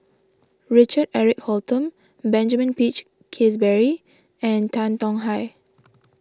Richard Eric Holttum Benjamin Peach Keasberry and Tan Tong Hye